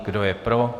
Kdo je pro?